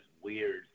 weird